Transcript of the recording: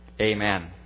Amen